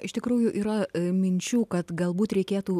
iš tikrųjų yra minčių kad galbūt reikėtų